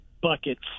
buckets